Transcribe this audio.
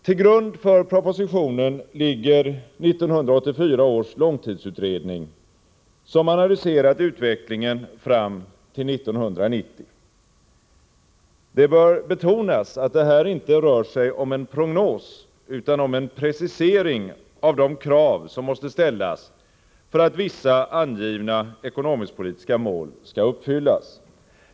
Till grund för propositionen ligger 1984 års långtidsutredning, som analyserat utvecklingen fram till 1990. Det bör betonas att det här inte rör sig om en prognos utan om en precisering av de krav som måste ställas för att vissa angivna ekonomisk-politiska mål skall uppfyllas.